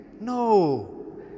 No